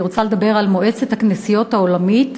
אני רוצה לדבר על מועצת הכנסיות העולמית,